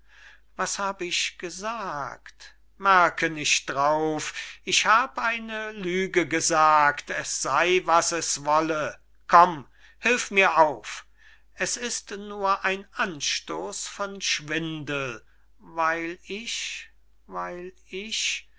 was hab ich gesagt merke nicht drauf ich hab eine lüge gesagt es sey was es wolle komm hilf mir auf es ist nur ein anstoß von schwindel weil ich weil ich